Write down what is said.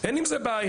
אין עם זה בעיה.